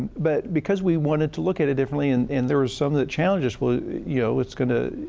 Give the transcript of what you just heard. but because we wanted to look at it differently. and and there are some that challenged us, well, you know, it's going to,